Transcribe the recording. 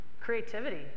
creativity